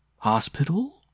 Hospital